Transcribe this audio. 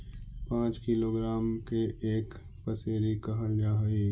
पांच किलोग्राम के एक पसेरी कहल जा हई